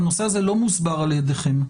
והנושא הזה לא מוסבר על ידיכם,